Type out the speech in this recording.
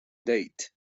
date